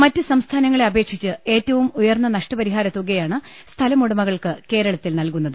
മറ്റ് സംസ്ഥാനങ്ങളെ അപേക്ഷിച്ച് ഏറ്റവും ഉയർന്ന നഷ്ടപരിഹാരത്തുകയാണ് സ്ഥലമുട മകൾക്ക് കേരളത്തിൽ നൽകുന്നത്